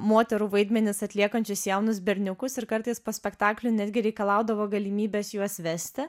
moterų vaidmenis atliekančius jaunus berniukus ir kartais spektakliui netgi reikalaudavo galimybės juos vesti